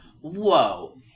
Whoa